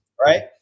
Right